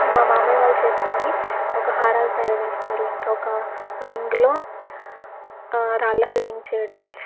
మా మామయ్య వాళ్ళు చేసే పని ఒక హారాలు తయారు చేస్తారు ఇంకొక రింగ్లో రాళ్ళ ఫిట్టింగ్ చేయడం